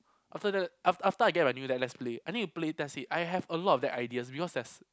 after that after after I get my new deck let's play I need to play test it I have a lot of deck ideas because there's